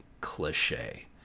cliche